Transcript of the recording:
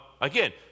again